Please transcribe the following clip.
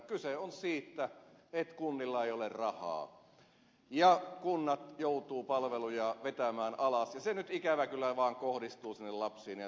kyse on siitä että kunnilla ei ole rahaa ja kunnat joutuvat palveluja vetämään alas ja se nyt vaan ikävä kyllä kohdistuu sinne lapsiin ja nuoriin